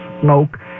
smoke